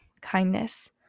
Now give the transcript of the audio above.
kindness